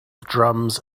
drums